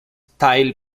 style